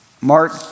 Mark